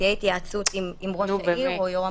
תהיה התייעצות עם ראש עיר או ראש המועצה,